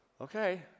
okay